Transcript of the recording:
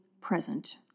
present